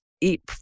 eat